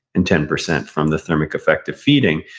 and ten percent from the thermic effect of feeding.